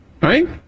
Right